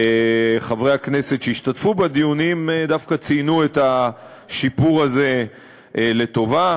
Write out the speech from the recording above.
חברי הכנסת שהשתתפו בדיונים דווקא ציינו את השיפור הזה לטובה,